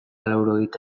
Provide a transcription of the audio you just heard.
laurogeita